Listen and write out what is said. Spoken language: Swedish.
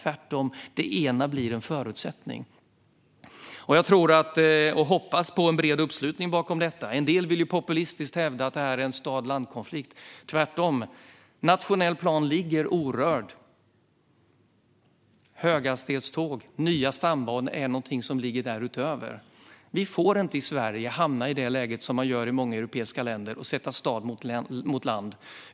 Tvärtom - det ena blir en förutsättning för det andra. Jag tror och hoppas på en bred uppslutning bakom detta. En del vill populistiskt hävda att det här är en konflikt mellan stad och land, men det är tvärtom. Den nationella planen ligger orörd. Höghastighetståg och nya stambanor är någonting som ligger därutöver. Vi får inte i Sverige hamna i det läge som många europeiska länder har hamnat i och sätta stad mot land.